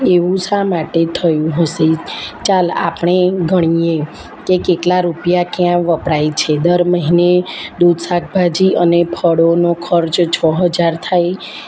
એવું શા માટે થયું હશે ચાલ આપણે ગણીએ કે કેટલા રૂપિયા ક્યાં વપરાય છે દર મહિને દૂધ શાકભાજી અને ફળોનો ખર્ચ છ હજાર થાય